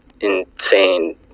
insane